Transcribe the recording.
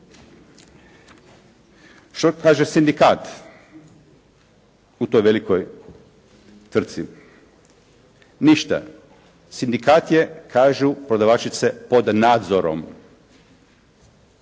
Što kaže sindikat u toj velikoj trci? Ništa. Sindikat je kažu prodavačice pod nadzorom.